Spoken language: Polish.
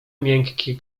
miękkie